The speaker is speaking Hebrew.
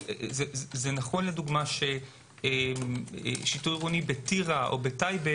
זה נכון ששיטור עירוני בטירה או טייבה